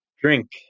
drink